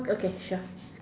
okay sure